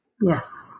Yes